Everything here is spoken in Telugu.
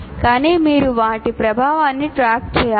కానీ మీరు వాటి ప్రభావాన్ని ట్రాక్ చేయాలి